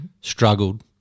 struggled